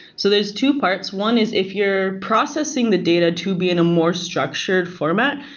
so there's two parts, one is if you're processing the data to be in a more structured format,